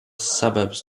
suburbs